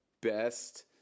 best